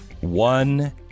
one